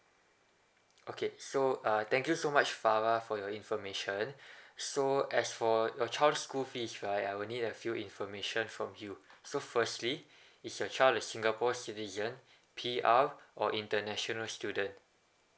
okay so uh thank you so much farah for your information so as for your child's school fees right I will need a few information from you so firstly is your child a singapore citizen P_R or international student